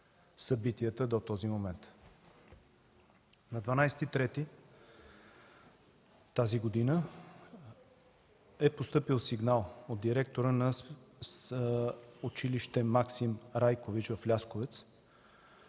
събитията до този момент. На 12 март тази година е постъпил сигнал от директора на училище „Максим Райкович” в Лясковец